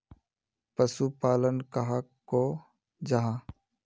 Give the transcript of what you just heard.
पशुपालन कहाक को जाहा?